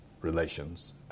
relations